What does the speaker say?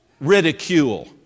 ridicule